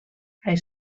hij